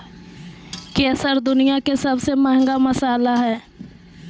केसर दुनिया के सबसे महंगा मसाला हइ